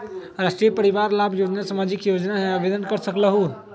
राष्ट्रीय परिवार लाभ योजना सामाजिक योजना है आवेदन कर सकलहु?